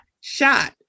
shot